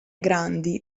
grandi